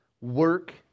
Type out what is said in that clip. work